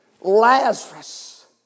Lazarus